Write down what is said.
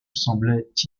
semblait